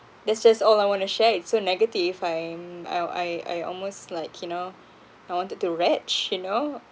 that's just all I want to share it's so negative I am I al~ I I almost like you know I wanted to wretch you know